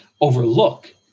overlook